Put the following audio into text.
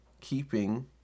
keeping